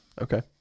Okay